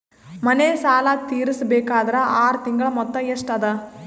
ಮನೆ ಸಾಲ ತೀರಸಬೇಕಾದರ್ ಆರ ತಿಂಗಳ ಮೊತ್ತ ಎಷ್ಟ ಅದ?